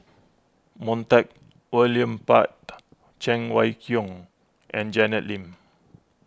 Montague William Pett Cheng Wai Keung and Janet Lim